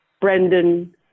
Brendan